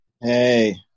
hey